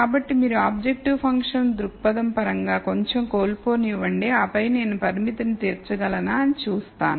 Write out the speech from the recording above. కాబట్టి మీరు objective function దృక్పథం పరంగా కొంచెం కోల్పోనివ్వండి ఆపై నేను పరిమితిని తీర్చగలనా అని చూస్తాను